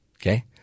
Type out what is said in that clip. Okay